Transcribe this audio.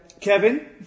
Kevin